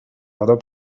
other